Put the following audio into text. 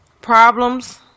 Problems